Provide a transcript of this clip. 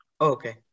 Okay